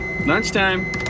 lunchtime